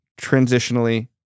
transitionally